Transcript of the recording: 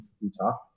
Utah